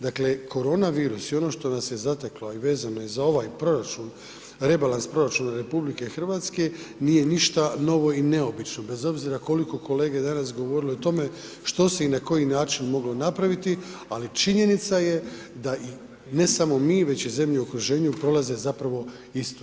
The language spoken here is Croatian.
Dakle, korona virus i ono što nas je zateklo, a i vezano je za ovaj proračun, rebalans proračuna RH nije ništa novo i neobično bez obzira koliko kolege danas govorile o tome što se i na koji način moglo napraviti ali činjenica je da i ne samo mi već i zemlje u okruženju prolaze zapravo istu stvar.